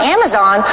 Amazon